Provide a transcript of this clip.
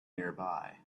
nearby